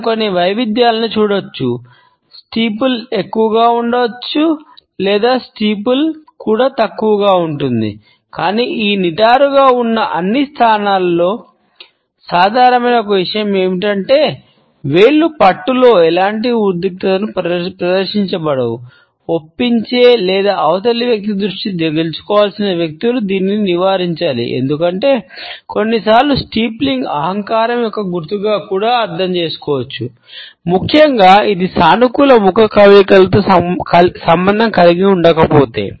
మనం కొన్ని వైవిధ్యాలను చూడవచ్చు స్టీపుల్ అహంకారం యొక్క గుర్తుగా కూడా అర్థం చేసుకోవచ్చు ముఖ్యంగా ఇది సానుకూల ముఖ కవళికలతో సంబంధం కలిగి ఉండకపోతే